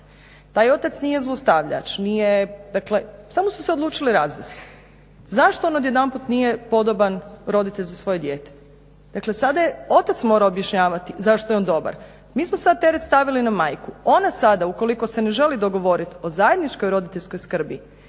taj otac nije zlostavljač, nije dakle samo su se odlučili razvesti. Zašto on odjedanput nije podoban roditelj za svoje dijete? Dakle, sada otac mora objašnjavati zašto je on dobar. Mi smo sad teret stavili na majku. Ona sada ukoliko se ne želi dogovoriti o zajedničkoj roditeljskoj skrbi